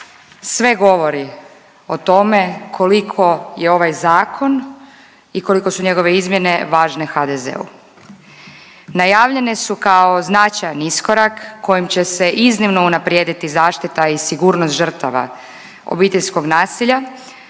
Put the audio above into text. sve govori o tome koliko je ovaj zakon i koliko su njegove izmjene važne HDZ-u. Najavljene su kao značajan iskorak kojim će se iznimno unaprijediti zaštita i sigurnost žrtava obiteljskog nasilja,